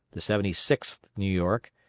the seventy sixth new york,